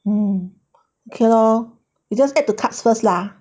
mm K lor you just add to carts first lah